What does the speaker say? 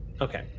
okay